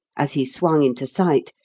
as he swung into sight,